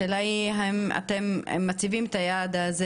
השאלה היא האם אתם מציבים את היעד הזה